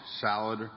salad